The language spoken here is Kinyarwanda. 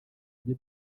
bye